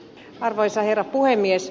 arvoisa herra puhemies